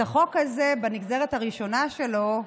את הצעת החוק הזו, בנגזרת הראשונה שלו,